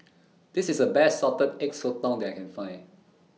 This IS The Best Salted Egg Sotong that I Can Find